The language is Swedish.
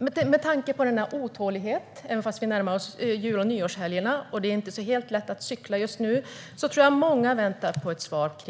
Med tanke på denna otålighet - även om vi närmar oss jul och nyårshelgerna, och det inte är så helt lätt att cykla just nu - tror jag att många väntar på ett svar.